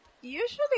Usually